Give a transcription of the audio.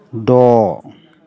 द'